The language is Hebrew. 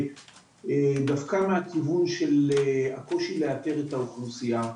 דווקא מהכיוון של הקושי לאתר את האוכלוסייה.